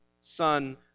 son